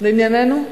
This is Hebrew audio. לענייננו?